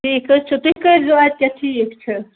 ٹھیٖک حظ چھُ تُہۍ کٔرۍزیٚو اَدٕ کیٛاہ ٹھیٖک چھُ